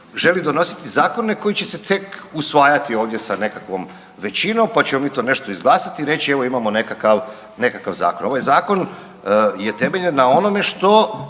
želi donositi zakone koji će se tek usvajati ovdje sa nekakvom većinom pa ćemo mi to nešto izglasati i reći evo imamo nekakav zakon. Ovaj zakon je temeljen na onome što